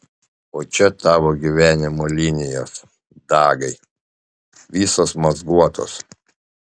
o čia tavo gyvenimo linijos dagai visos mazguotos